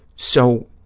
so,